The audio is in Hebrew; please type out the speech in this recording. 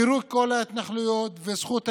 פירוק כל ההתנחלויות וזכות השיבה,